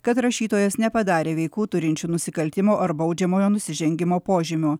kad rašytojas nepadarė veikų turinčių nusikaltimo ar baudžiamojo nusižengimo požymių